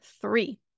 three